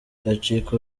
yacika